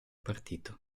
partito